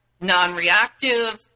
non-reactive